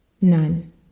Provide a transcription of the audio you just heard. None